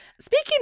Speaking